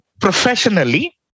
professionally